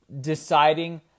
deciding